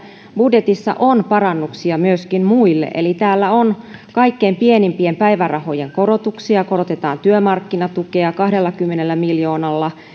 budjetissa on parannuksia myöskin muille eli täällä on kaikkein pienimpien päivärahojen korotuksia korotetaan työmarkkinatukea kahdellakymmenellä miljoonalla